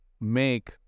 make